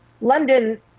London